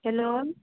hello